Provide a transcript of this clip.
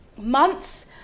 months